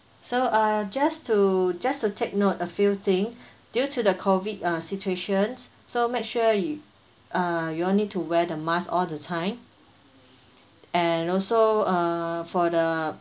so uh just to just to take note a few thing due to the COVID uh situations so make sure you ah you all need to wear the mask all the time and also uh for the